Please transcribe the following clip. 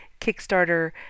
Kickstarter